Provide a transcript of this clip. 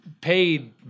Paid